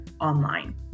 online